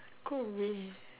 go away